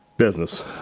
Business